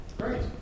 Great